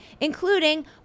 Including